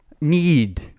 need